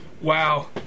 Wow